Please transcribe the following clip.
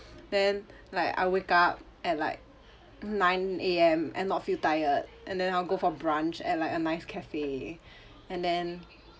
then like I wake up at like nine A_M and not feel tired and then I'll go for brunch at like a nice cafe and then